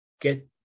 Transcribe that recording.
get